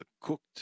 cooked